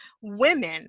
women